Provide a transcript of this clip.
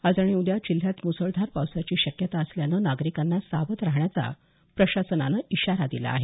आज आणि उद्या जिल्ह्यात म्सळधार पावसाची शक्यता असल्यानं नागरिकांना सावध राहण्याचा प्रशासनानं इशारा दिला आहे